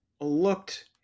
looked